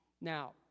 Now